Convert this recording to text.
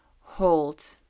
Hold